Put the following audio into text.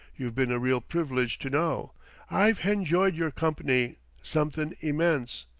you've been a real privilege to know i've henjoyed yer comp'ny somethin' immense.